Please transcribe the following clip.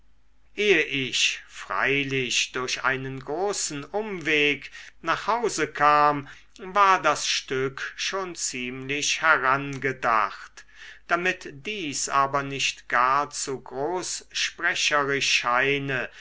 ehe ich freilich durch einen großen umweg nach hause kam war das stück schon ziemlich herangedacht damit dies aber nicht gar zu großsprecherisch scheine